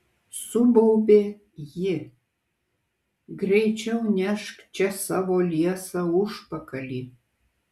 subaubė ji greičiau nešk čia savo liesą užpakalį